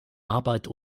arbeit